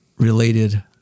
Related